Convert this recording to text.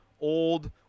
old